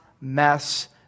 mess